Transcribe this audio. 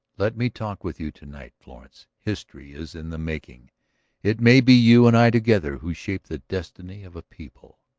let me talk with you to-night, florence. history is in the making it may be you and i together who shape the destiny of a people.